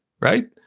right